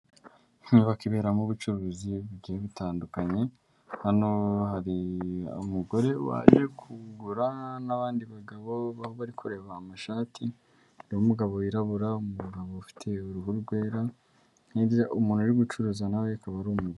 Inyubako iberamo ubucuruzi bugiye butandukanye, hano hari umugore waje kugura n'abandi bagabo bari kureba amashati, ni umugabo wirabura, umugabo ufite uruhu rwera n'ibyo umuntu ari gucuruza na we akaba ari umugore.